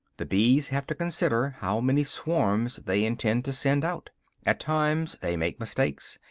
the bees have to consider how many swarms they intend to send out at times they make mistakes,